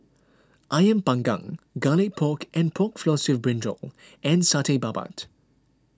Ayam Panggang Garlic Pork and Pork Floss with Brinjal and Satay Babat